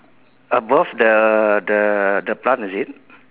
above the the the plant is it